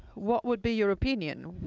what would be your opinion?